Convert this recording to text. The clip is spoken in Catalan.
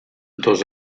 dos